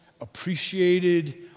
appreciated